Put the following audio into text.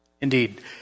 Indeed